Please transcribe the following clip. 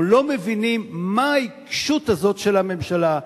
אנחנו לא מבינים מהי העיקשות הזאת של הממשלה.